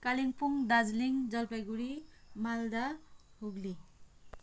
Kalimpong Darjeeling Jalpaiguri Malda Hooghly